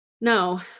No